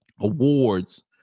awards